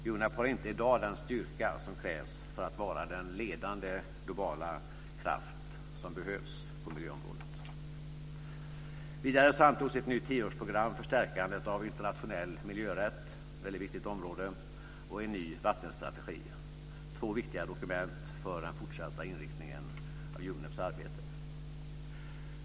UNEP har inte i dag den styrka som krävs för att vara den globala ledande kraft som behövs på miljöområdet. Vidare antogs ett nytt tioårsprogram för stärkandet av internationell miljörätt - ett väldigt viktigt område - och en ny vattenstrategi; två viktiga dokument för den fortsatta inriktningen av UNEP:s arbete.